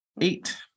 Eight